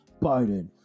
biden